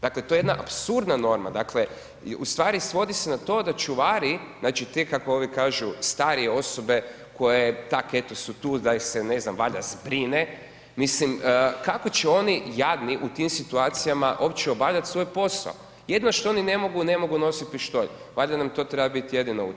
Dakle to je jedna apsurdna norma, dakle, ustvari svodi se na to da čuvari, znači ti kako ovi kažu starije osobe koje tako eto su tu da ih se ne znam, valjda zbrine, mislim, kako će oni jadni u tim situacijama uopće obavljati svoj posao, jedino što oni ne mogu, ne mogu nositi pištolj, valjda nam to treba biti jedina utjeha.